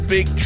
Big